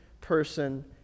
person